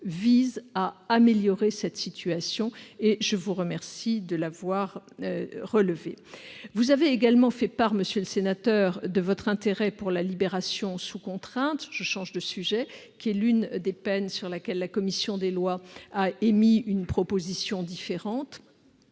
vise à améliorer cette situation ; je vous remercie de l'avoir relevé. Vous avez également fait part, monsieur le sénateur, de votre intérêt pour la libération sous contrainte, qui est l'une des peines à propos desquelles la commission des lois a émis une proposition différente.